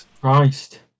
christ